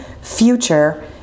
future